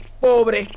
pobre